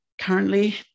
currently